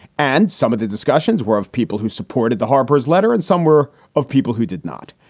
and some of the discussions were of people who supported the harper's letter and some were of people who did not.